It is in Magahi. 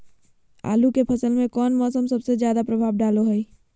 आलू के फसल में कौन मौसम सबसे ज्यादा प्रभाव डालो हय?